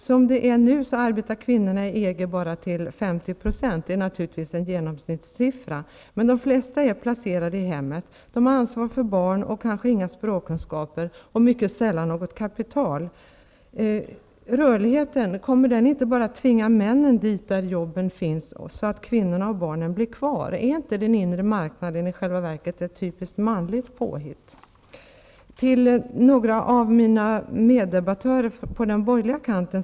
Som det är nu arbetar kvinnorna i EG bara till 50 %-- det är naturligtvis en genomsnittssiffra, men de flesta är placerade i hemmet, de har ansvar för barn och kanske inga språkkunskaper och mycket sällan något kapital. Kommer rörligheten inte bara att tvinga männen dit där jobben finns, så att kvinnorna och barnen blir kvar? Är inte den inre marknaden i själva verket ett typiskt manligt påhitt? Jag vill också nämna några saker för några av mina meddebattörer på den borgerliga kanten.